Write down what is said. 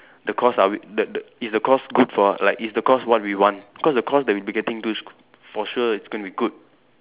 the course are we that the is the course good for like is the course what we want because the course that we'll be getting into is for sure it's going to be good